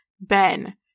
Ben